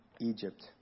Egypt